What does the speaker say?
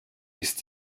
ist